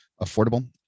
affordable